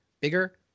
Bigger